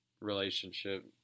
relationship